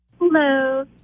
hello